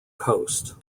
coast